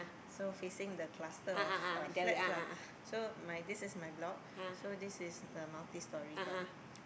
so facing the cluster of uh flats lah so my this is my block so this is the multi story tau